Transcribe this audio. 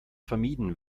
vermieden